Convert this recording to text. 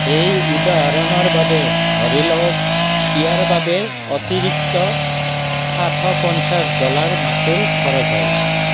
এই উদাহৰণৰ বাবে ধৰি লওক ইয়াৰ বাবে অতিৰিক্ত সাতশ পঞ্চাছ ডলাৰ মাচুল খৰচ হয়